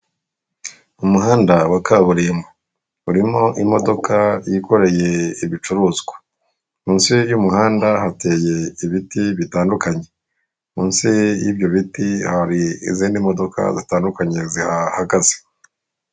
Umuhanda wa kaburimbo urimo imodoka yikoreye ibicuruzwa, munsi y'umuhanda hategeye ibiti bitandukanye, munsi y'ibyo biti hari izindi modoka zitandukanye zihagaze.